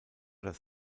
das